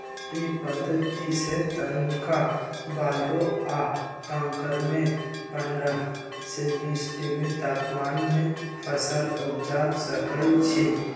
इ पद्धतिसे तनका बालू आ कंकरमें पंडह से बीस डिग्री तापमान में फसल उपजा सकइछि